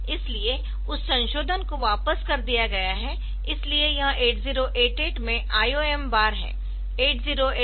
इसलिए उस संशोधन को वापस कर दिया गया है इसलिए यह 8088 में IO M बार है